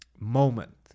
moment